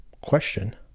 question